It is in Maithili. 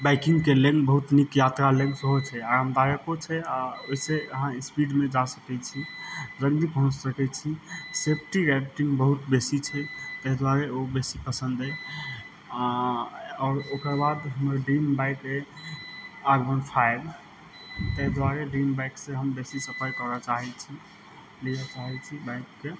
बाइकिंगके लेल बहुत नीक यात्रा लेल सेहो छै आरामदायको छै आ ओहि सऽ अहाँ स्पीडमे जा सकैत छी जल्दी भी पहुँच सकैत छी सेफ्टी तऽ बहुत बेसी छै ताहि दुआरे ओ बेसी पसन्द अछि आओर ओकर बाद हमर ड्रीम बाइक अछि आगवन फाइव ताहि दुआरे ड्रीम बाइक से हम बेसी सफर करऽ चाहै छी ले चाहै छी बाइकके